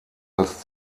als